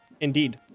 Indeed